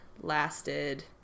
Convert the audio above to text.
lasted